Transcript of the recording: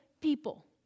people